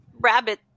rabbit